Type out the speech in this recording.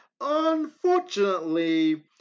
Unfortunately